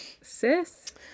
sis